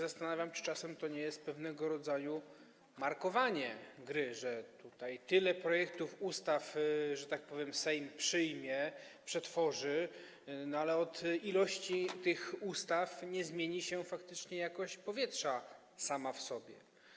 Zastanawiam się, czy czasem to nie jest pewnego rodzaju markowanie gry, bo tutaj tyle projektów ustaw, że tak powiem, Sejm przyjmie, przetworzy, ale przecież od ilości tych ustaw nie zmieni się faktycznie jakość powietrza sama w sobie.